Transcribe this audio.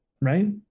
right